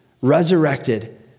resurrected